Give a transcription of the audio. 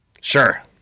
Sure